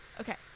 okay